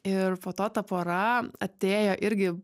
ir po to ta pora atėjo irgi